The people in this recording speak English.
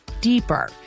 deeper